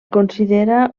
considera